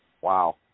Wow